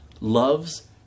loves